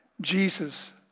Jesus